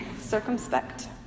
Circumspect